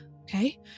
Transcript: okay